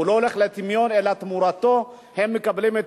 הוא לא יורד לטמיון אלא תמורתו הם מקבלים את